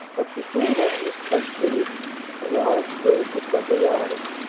but before that was quite finished a large furniture-truck arrived,